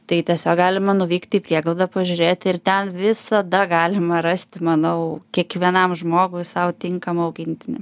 tai tiesiog galima nuvykti į prieglaudą pažiūrėti ir ten visada galima rasti manau kiekvienam žmogui sau tinkamą augintinį